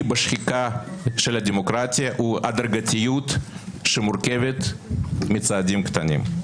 בשחיקה של הדמוקרטיה הוא הדרגתיות שמורכבת מצעדים קטנים.